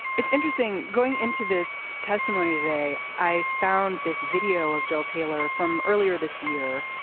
it's interesting going into this testimony today i found this video of bill taylor from earlier this year.